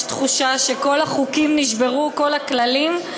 יש תחושה שכל החוקים נשברו, כל הכללים.